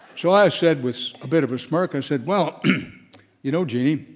so i said, with a bit of a smirk, i said, well you know jean,